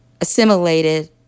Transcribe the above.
assimilated